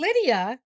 Lydia